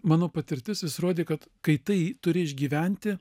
mano patirtis vis rodė kad kai tai turi išgyventi